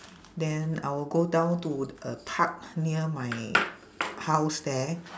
then I will go down to a park near my house there